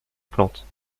plantes